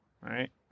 right